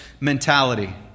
mentality